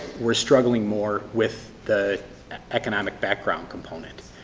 we're struggling more with the economic background component.